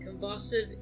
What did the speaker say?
Convulsive